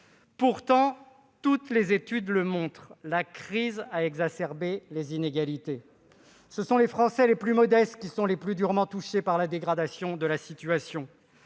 Pourtant, toutes les études montrent que la crise a exacerbé les inégalités. Ce sont les Français les plus modestes qui sont les plus durement touchés par la dégradation de la situation.